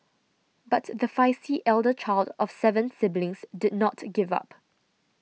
but the feisty elder child of seven siblings did not give up